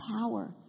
power